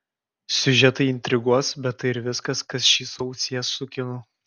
siužetai intriguos bet tai ir viskas kas šį šou sies su kinu